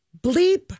bleep